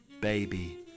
baby